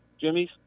Jimmy's